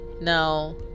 now